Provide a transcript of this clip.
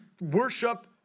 worship